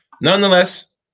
Nonetheless